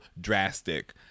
drastic